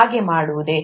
ಹಾಗೆ ಮಾಡಬಹುದೇ